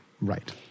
Right